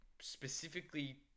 specifically